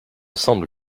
semble